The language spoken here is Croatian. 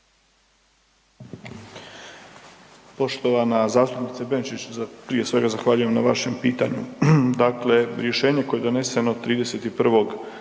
Poštovana zastupnice Benčić, prije svega zahvaljujem na vašem pitanju, dakle rješenje koje je doneseno 31.